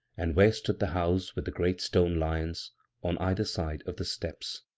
and where stood the house with the great stone lions on either side of the steps.